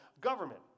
government